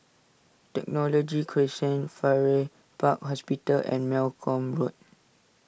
Technology Crescent Farrer Park Hospital and Malcolm Road